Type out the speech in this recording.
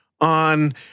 on